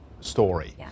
story